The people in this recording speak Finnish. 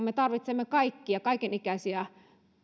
me tarvitsemme kaikkia kaiken ikäisiä